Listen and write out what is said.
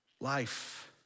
life